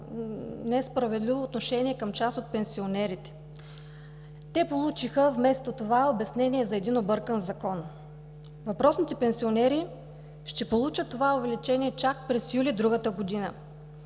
несправедливо отношение към част от пенсионерите. Те получиха вместо това обяснение за един объркан закон. Въпросните пенсионери ще получат това увеличение чак през юли другата година.